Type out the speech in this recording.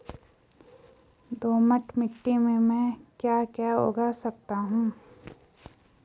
दोमट मिट्टी में म ैं क्या क्या उगा सकता हूँ?